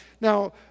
now